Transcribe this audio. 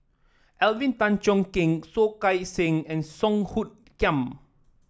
Alvin Tan Cheong Kheng Soh Kay Siang and Song Hoot Kiam